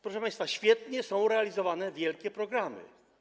Proszę państwa, świetnie są realizowane wielkie programy.